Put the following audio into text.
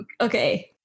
Okay